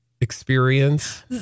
experience